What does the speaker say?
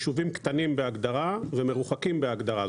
ישובים קטנים בהגדרה ומרוחקים בהגדרה.